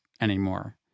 anymore